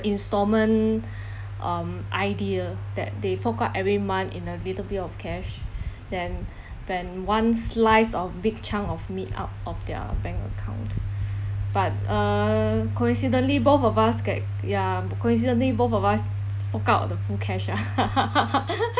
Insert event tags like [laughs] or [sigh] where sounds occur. instalment um idea that they fork out every month in a little bit of cash then then one slice of big chunk of meat out of their bank account but uh coincidentally both of us get ya b~ coincidentally both of us f~ f~ fork out the full cash ah [laughs]